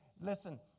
listen